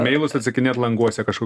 meilus atsakinėt languose kažko